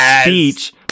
speech